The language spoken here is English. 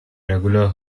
regular